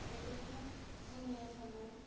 बेफोरखौनो जोंनि आसामाव